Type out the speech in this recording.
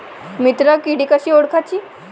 मित्र किडी कशी ओळखाची?